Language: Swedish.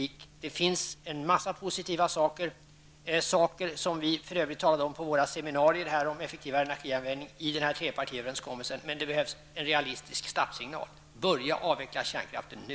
I trepartiöverenskommelsen finns en mängd positiva saker, som vi för övrigt talade om på våra seminarier om effektivare energianvändning, men det behövs en realistisk startsignal. Börja avveckla kärnkraften nu!